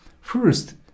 first